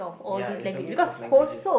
ya it's a mix of languages